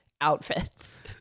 outfits